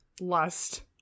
lust